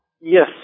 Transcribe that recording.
Yes